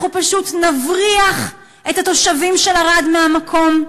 אנחנו פשוט נבריח את התושבים של ערד מהמקום,